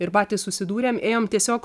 ir patys susidūrėm ėjom tiesiog